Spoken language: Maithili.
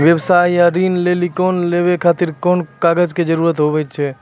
व्यवसाय ला ऋण या लोन लेवे खातिर कौन कौन कागज के जरूरत हाव हाय?